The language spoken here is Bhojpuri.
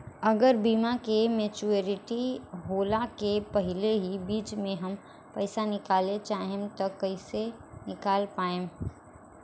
अगर बीमा के मेचूरिटि होला के पहिले ही बीच मे हम पईसा निकाले चाहेम त कइसे निकाल पायेम?